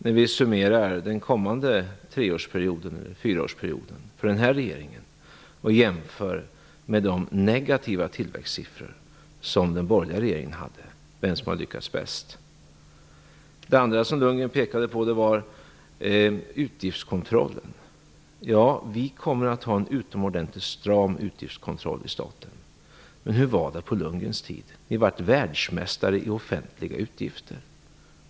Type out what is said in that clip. När vi summerar fyraårsperioden för den här regeringen och jämför med de negativa tillväxtsiffrorna under den borgerliga regeringens tid får vi se vem som lyckades bäst. Det andra är utgiftskontrollen. Ja, vi kommer att ha en utomordentligt stram utgiftskontroll i staten. Men hur var det på Bo Lundgrens tid? Ni var världsmästare i offentliga utgifter.